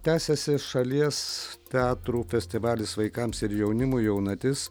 tęsiasi šalies teatrų festivalis vaikams ir jaunimui jaunatis